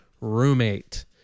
roommate